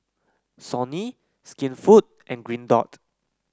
Sony Skinfood and Green Dot